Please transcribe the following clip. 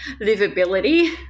livability